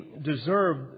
deserve